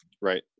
right